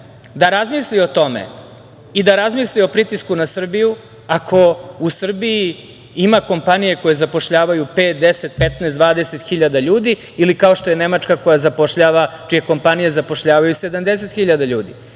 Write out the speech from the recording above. da razmisli o tome i da razmisli o pritisku na Srbiju ako u Srbiji ima kompanija koje zapošljavaju pet, deset, 15, 20 hiljada ljudi ili, kao što je Nemačka, koja zapošljava, čije kompanije zapošljavaju 70 hiljada ljudi,